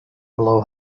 blow